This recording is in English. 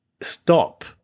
stop